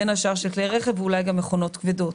בין השאר של כלי רכב ואולי גם מכונות כבדות.